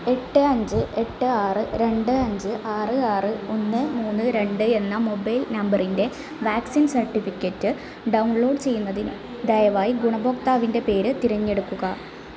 എട്ട് അഞ്ച് എട്ട് ആറ് രണ്ട് അഞ്ച് ആറ് ആറ് ഒന്ന് മൂന്ന് രണ്ട് എന്ന മൊബൈൽ നമ്പറിന്റെ വാക്സിൻ സർട്ടിഫിക്കറ്റ് ഡൗൺലോഡ് ചെയ്യുന്നതിന് ദയവായി ഗുണഭോക്താവിന്റെ പേര് തിരഞ്ഞെടുക്കുക